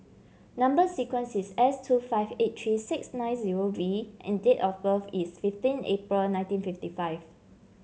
number sequence is S two five eight three six nine zero V and date of birth is fifteen April nineteen fifty five